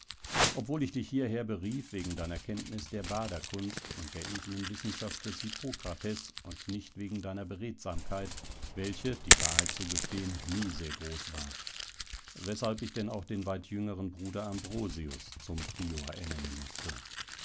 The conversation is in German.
obwohl ich dich hierher berief wegen deiner kenntnis der baderkunst und der edlen wissenschaft des hippokrates und nicht wegen deiner beredsamkeit welche die wahrheit zu gestehen nie sehr groß war weshalb ich denn auch den weit jüngeren bruder ambrosius zum prior ernennen mußte